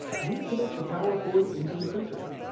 reconnect the power cord into the printer.